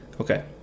Okay